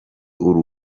uru